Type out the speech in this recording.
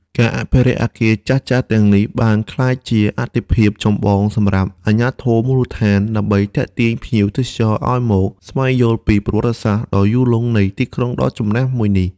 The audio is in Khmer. ការអភិរក្សអគារចាស់ៗទាំងនេះបានក្លាយជាអាទិភាពចម្បងសម្រាប់អាជ្ញាធរមូលដ្ឋាន ដើម្បីទាក់ទាញភ្ញៀវទេសចរឱ្យមកស្វែងយល់ពីប្រវត្តិសាស្ត្រដ៏យូរលង់នៃទីក្រុងដ៏ចំណាស់មួយនេះ។